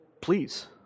please